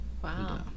Wow